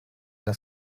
das